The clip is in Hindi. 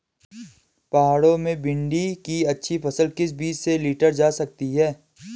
पहाड़ों में भिन्डी की अच्छी फसल किस बीज से लीटर जा सकती है?